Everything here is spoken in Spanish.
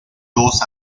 dos